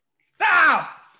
Stop